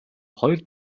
хоёр